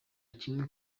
kimwe